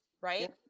right